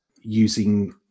using